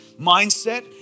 mindset